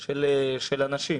של אנשים.